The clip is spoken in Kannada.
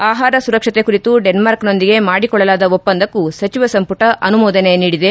ಆಹಾರ ಸುರಕ್ಷತೆ ಕುರಿತು ಡೆನ್ನಾರ್ಕ್ನೊಂದಿಗೆ ಮಾಡಿಕೊಳ್ಲಲಾದ ಒಪ್ಲಂದಕ್ಕೂ ಸಚಿವ ಸಂಪುಟ ಅನುಮೋದನೆ ನೀಡಿದೆ